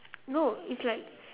no it's like